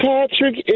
Patrick